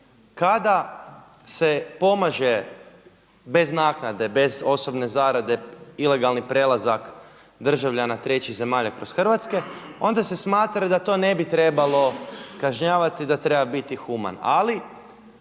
kada se pomaže bez naknade, bez osobne zarade ilegalni prelazak državljana trećih zemalja kroz Hrvatsku onda se smatra da to ne bi trebalo kažnjavati, da treba biti human. Ali